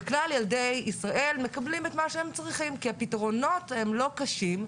וכלל ילדי ישראל מקבלים את מה שהם צריכים כי הפתרונות הם לא קשים,